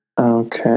Okay